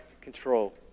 control